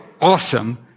awesome